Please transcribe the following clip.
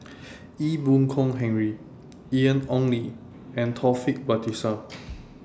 Ee Boon Kong Henry Ian Ong Li and Taufik Batisah